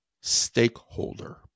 stakeholder